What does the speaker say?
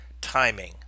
timing